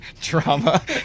drama